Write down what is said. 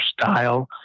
style